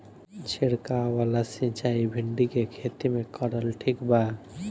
छीरकाव वाला सिचाई भिंडी के खेती मे करल ठीक बा?